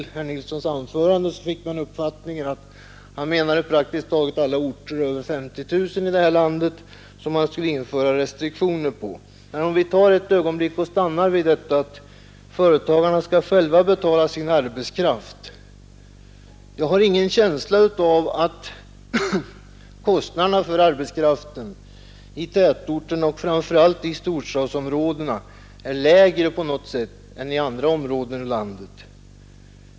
Av herr Nilssons anförande fick man den uppfattningen att han ansåg att restriktioner skulle införas på praktiskt taget alla orter med över 50 000 invånare. Men bortsett från det har jag ingen känsla av att kostnaderna för arbetskraften är lägre i tätorterna och storstadsområdena än i andra områden av landet.